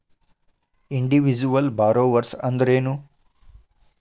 Individual borrowers ಅಂದ್ರೇನು?